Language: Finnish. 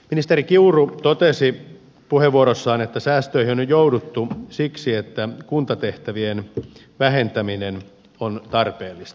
ministeri kiuru totesi puheenvuorossaan että säästöihin on jo jouduttu siksi että kuntatehtävien vähentäminen on tarpeellista